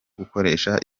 gukoresha